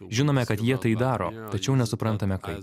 žinome kad jie tai daro tačiau nesuprantame kaip